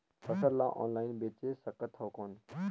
फसल ला ऑनलाइन बेचे सकथव कौन?